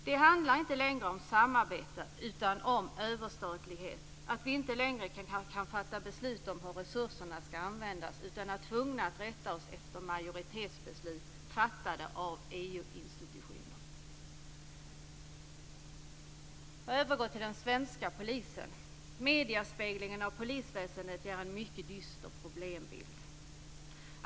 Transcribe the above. Det handlar inte längre om samarbete utan om överstatlighet och att vi inte längre kan fatta beslut om hur resurserna ska användas utan är tvungna att rätta oss efter majoritetsbeslut fattade av EU-institutioner. Jag övergår till den svenska polisen. Mediespeglingen av polisväsendet ger en mycket dyster problembild.